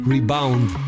Rebound